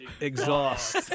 exhaust